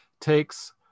takes